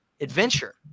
adventure